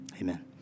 Amen